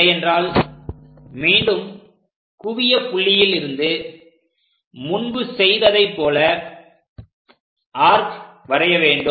இல்லை என்றால் மீண்டும் குவியப் புள்ளியிலிருந்து முன்பு செய்ததைப் போல ஆர்க் வரைய வேண்டும்